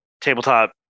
Tabletop